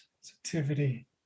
sensitivity